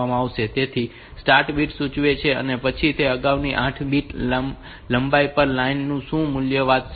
તેથી તે start bit સૂચવે છે અને પછી તે આગળની 8 બીટ લંબાઈ પર લાઈન નું મૂલ્ય વાંચશે